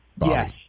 Yes